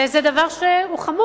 זה דבר חמור.